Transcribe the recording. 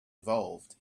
evolved